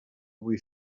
vull